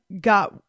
got